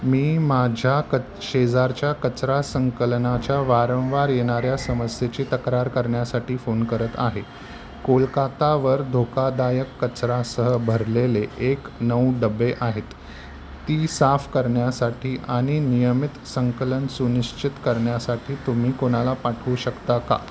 मी माझ्या क शेजारच्या कचरा संकलनाच्या वारंवार येणाऱ्या समस्येचे तक्रार करण्यासाठी फोन करत आहे कोलकातावर धोकादायक कचरासह भरलेले एक नऊ डबे आहेत ती साफ करण्यासाठी आणि नियमित संकलन सुनिश्चित करण्यासाठी तुम्ही कोणाला पाठवू शकता का